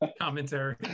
commentary